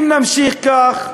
אם נמשיך כך,